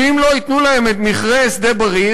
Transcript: שאם לא ייתנו להם את מכרה שדה-בריר,